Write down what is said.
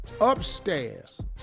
upstairs